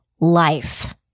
Life